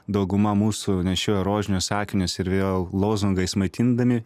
dauguma mūsų nešioja rožinius akinius ir vėl lozungais maitindami